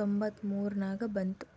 ತೊಂಬತ್ತ ಮೂರ ನಾಗ ಬಂತು